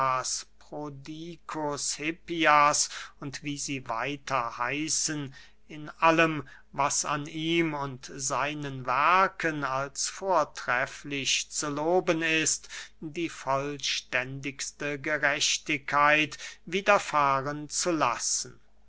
und wie sie weiter heißen in allem was an ihm und seinen werken als vortrefflich zu loben ist die vollständigste gerechtigkeit widerfahren zu lassen